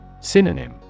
Synonym